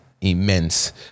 immense